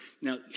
now